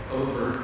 over